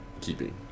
keeping